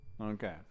Okay